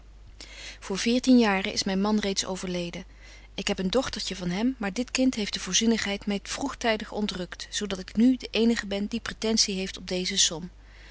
voor veertien jaren is myn man reeds overleden ik heb een dochtertje van hem maar dit kind heeft de voorzienigheid my vroegtybetje wolff en aagje deken historie van mejuffrouw sara burgerhart dig ontrukt zo dat ik nu de eenige ben die pretensie heeft op deeze som